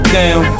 down